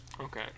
Okay